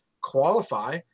qualify